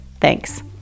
Thanks